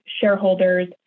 shareholders